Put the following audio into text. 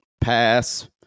Pass